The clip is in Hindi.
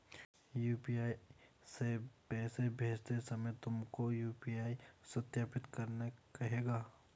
यू.पी.आई से पैसे भेजते समय तुमको यू.पी.आई सत्यापित करने कहेगा